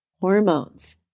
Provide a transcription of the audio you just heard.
hormones